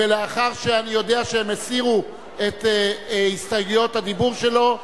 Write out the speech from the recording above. לאחר שאני יודע שהם הסירו את הסתייגויות הדיבור שלהם,